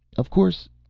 of course,